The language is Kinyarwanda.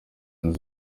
zunze